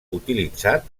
utilitzat